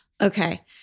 Okay